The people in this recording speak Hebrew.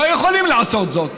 לא יכולים לעשות את זה.